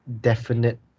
definite